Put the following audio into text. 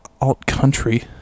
alt-country